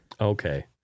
Okay